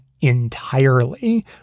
entirely